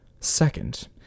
second